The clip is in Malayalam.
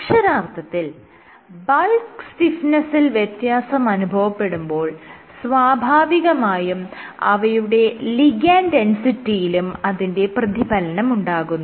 അക്ഷരാർത്ഥത്തിൽ ബൾക്ക് സ്റ്റിഫ്നെസ്സിൽ വ്യത്യാസം അനുഭവപ്പെടുമ്പോൾ സ്വാഭാവികമായും അവയുടെ ലിഗാൻഡ് ഡെൻസിറ്റിയിലും അതിന്റെ പ്രതിഫലനമുണ്ടാകുന്നു